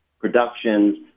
productions